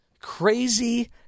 crazy